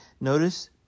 Notice